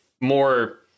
more